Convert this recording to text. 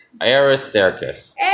Aristarchus